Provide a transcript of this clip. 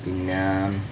പിന്നെ